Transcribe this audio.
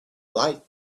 light